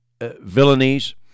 villainies